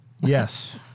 Yes